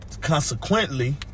consequently